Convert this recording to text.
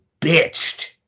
bitched